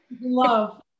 love